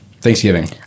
thanksgiving